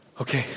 Okay